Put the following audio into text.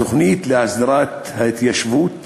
התוכנית להסדרת ההתיישבות